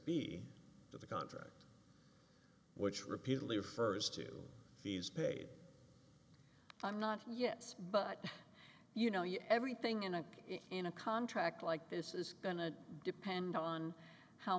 to the contract which repeatedly refers to these paid i'm not yes but you know you everything in a in a contract like this is going to depend on how